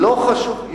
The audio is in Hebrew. חשוב,